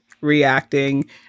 reacting